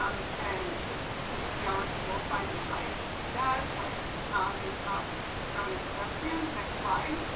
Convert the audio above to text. um and it should take a few hours, and we'll find a time to do that when um there's not so many pedestrians. next slide.